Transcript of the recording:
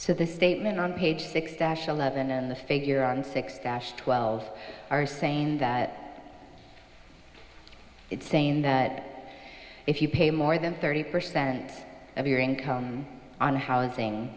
to the statement on page six dash eleven and the figure on six cash twelve are saying that it's saying that if you pay more than thirty percent of your income on housing